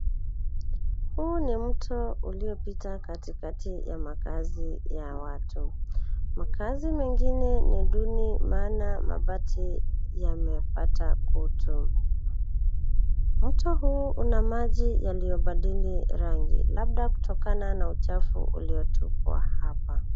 Huu ni mto uliopita katikati ya makaazi ya watu. Makaazi mengine ni duni maana mabati yamepata kutu. Mto huu una maji yaliyobadili rangi, labda kutokana na uchafu uliotupwa hapa.